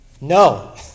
No